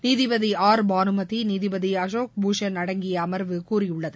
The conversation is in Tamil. நீதிபதி ஆர் பானுமதி நீதிபதி அசோக் பூஷன் அடங்கிய அமர்வு கூறியுள்ளது